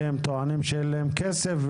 והם טוענים שאין להם כסף,